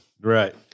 Right